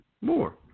more